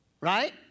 Right